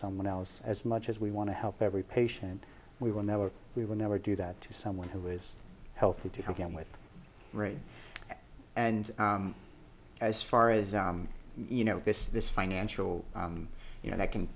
someone else as much as we want to help every patient we will never we will never do that to someone who is healthy to help them with raid and as far as you know this this financial you know that can